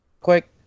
quick